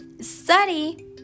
Study